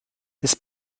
des